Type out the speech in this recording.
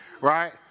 right